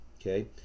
okay